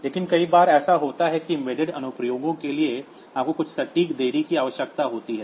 लेकिन कई बार ऐसा होता है कि एम्बेडेड अनुप्रयोगों के लिए आपको कुछ सटीक देरी की आवश्यकता होती है